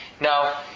Now